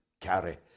carry